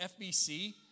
FBC